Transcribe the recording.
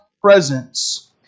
presence